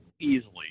easily